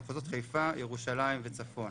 במחוזות חיפה, ירושלים וצפון.